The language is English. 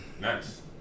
Nice